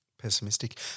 pessimistic